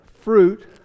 fruit